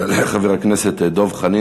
יעלה חבר הכנסת דב חנין,